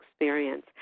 experience